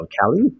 Callie